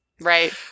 Right